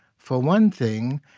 for one thing,